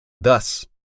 Thus